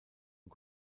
und